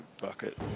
bucket